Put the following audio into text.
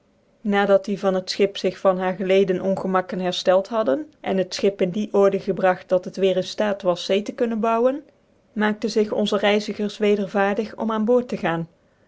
dat die van het schip zig van haar geleden ongemakken hcrttclt hadden cn het schip in die order gebragt dat het weer in ftaat was zee tc kunnen bouwen maakten zig onze reizigers weder vaardig om aan boord tc gaan